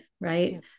Right